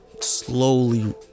slowly